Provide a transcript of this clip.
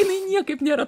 jinai niekaip nėra